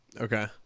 Okay